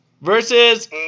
versus